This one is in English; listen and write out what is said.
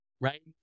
right